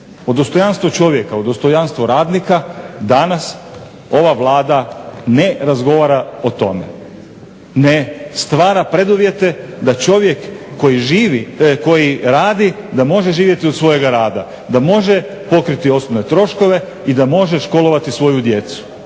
O dostojanstvu čovjeka, o dostojanstvu radnika danas ova Vlada ne razgovara o tome. Ne stvara preduvjete da čovjek koji živi, koji radi da može živjeti od svojega rada. Da može pokriti osnovne troškove i da može školovati svoju djecu,